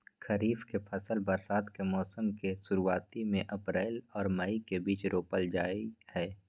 खरीफ के फसल बरसात के मौसम के शुरुआती में अप्रैल आर मई के बीच रोपल जाय हय